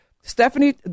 Stephanie